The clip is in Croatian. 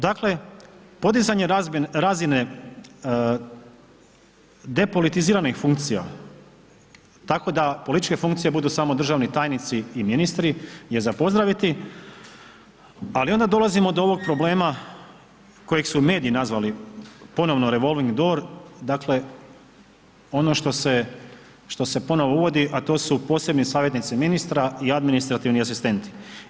Dakle, podizanje razine depolitiziranih funkcija tako da političke funkcije budu samo državni tajnici i ministri je za pozdraviti, ali onda dolazimo do ovog problema kojeg su mediji nazvali ponovno revolving door, dakle ono što se ponovo uvodi, a to su posebni savjetnici ministra i administrativni asistenti.